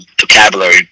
vocabulary